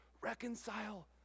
reconcile